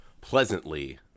pleasantly